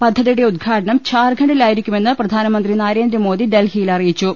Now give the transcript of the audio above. പദ്ധതിയുടെ ഉദ്ഘാടനം ഝാർഖ ണ്ഡിലായിരിക്കുമെന്ന് പ്രധാനമന്ത്രി നരേന്ദ്രമോദി ഡൽഹിയിൽ അറിയി ച്ചു